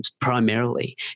Primarily